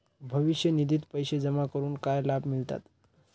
भविष्य निधित पैसे जमा करून काय लाभ मिळतात?